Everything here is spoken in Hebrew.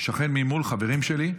שכן ממול, חברים שלי.